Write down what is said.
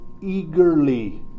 eagerly